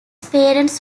parents